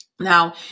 Now